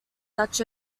such